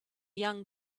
young